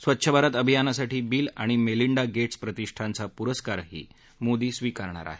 स्वच्छ भारत अभियानासाठी बिल आणि मेलिंडा गेट्स प्रतिष्ठानचा पुरस्कारही मोदी स्वीकारणार आहेत